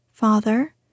Father